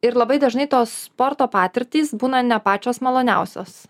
ir labai dažnai tos sporto patirtys būna ne pačios maloniausios